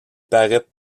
parait